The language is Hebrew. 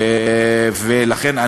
ולכן,